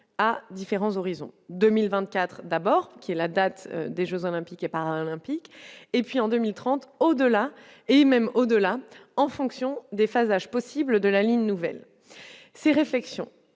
à différents horizons 2024 d'abord, qui est la date des Jeux olympiques et par un olympique et puis en 2030 au-delà et même au-delà en fonction déphasage possible de la ligne nouvelle, ces réflexions,